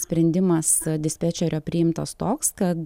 sprendimas dispečerio priimtas toks kad